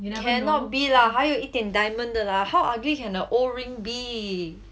cannot be lah 它有一点 diamond 的 lah how ugly can a old ring be